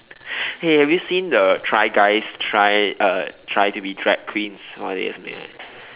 hey have you seen the try guys try uh try to be drag queens oh that was mad